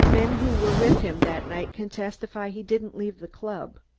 men who were with him that night can testify he didn't leave the club.